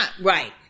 right